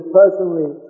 personally